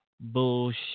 Bullshit